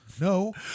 No